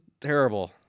terrible